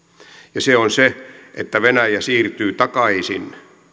ja se on se että venäjä siirtyy takaisin